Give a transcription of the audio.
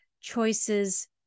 Choices